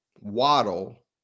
Waddle